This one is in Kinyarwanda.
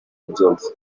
ubyumva